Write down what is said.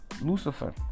Lucifer